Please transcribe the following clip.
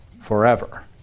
forever